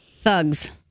Thugs